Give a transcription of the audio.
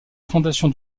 fondation